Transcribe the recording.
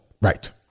Right